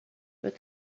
but